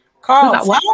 Carl